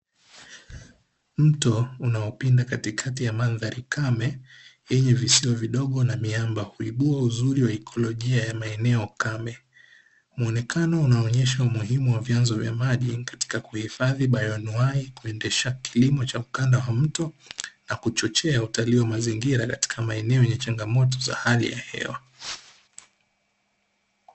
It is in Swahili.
Mto unaopinda katikati ya mandhari kame, yenye visiwa vidogo na miamba. Huibua uzuri wa ikolojia ya maeneo kame. Muonekano unaonyesha umuhimu wa vyanzo vya maji, katika kuhifadhi bayonuai kuendesha kilimo cha ukanda wa mto, na kuchochea utalii wa mazingira katika maeneo yenye changamoto za hali ya hewa.